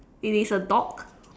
it is a dog